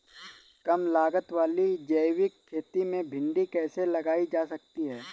कम लागत वाली जैविक खेती में भिंडी कैसे लगाई जा सकती है?